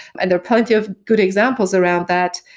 and there are plenty of good examples around that.